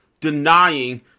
denying